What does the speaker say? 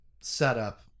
setup